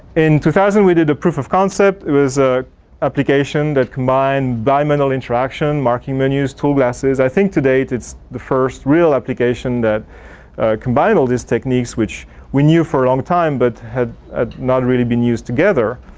in two thousand we did a proof of concept. it was an ah application that combined environmental interaction, marking menus, tool glasses. i think today it's it's the first real application that combine all these techniques which we knew for a long time but had ah not really been used together.